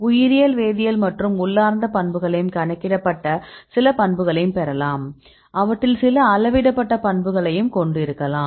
உயிரியல் வேதியியல் மற்றும் உள்ளார்ந்த பண்புகளையும் கணக்கிடப்பட்ட சில பண்புகளையும் பெறலாம் அவற்றில் சில அளவிடப்பட்ட பண்புகளையும் கொண்டிருக்கலாம்